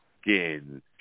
skin